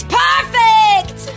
perfect